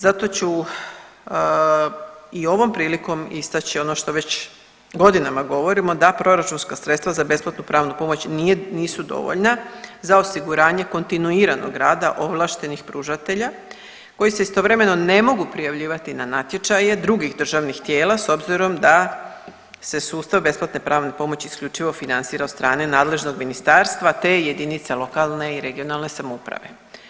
Zato ću i ovom prilikom istaći ono što već godinama govorimo da proračunska sredstva za besplatnu pravnu pomoć nisu dovoljna za osiguranje kontinuiranog rada ovlaštenih pružatelja koji se istovremeno ne mogu prijavljivati na natječaje drugih državnih tijela s obzirom da se sustav besplatne pravne pomoći isključivo financira od strane nadležnog ministarstva, te jedinice lokalne i regionalne samouprave.